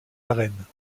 arènes